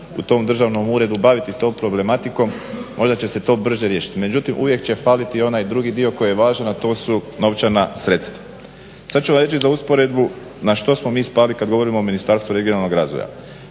u tom državnom uredu baviti s tom problematikom možda će se to brže riješiti. Međutim, uvijek će faliti onaj drugi dio koji je važan a to su novčana sredstva. Sad ću vam reći za usporedbu na što smo mi spali kad govorimo o Ministarstvu regionalnog razvoja.